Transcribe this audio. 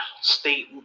state